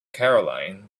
caroline